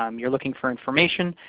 um you're looking for information.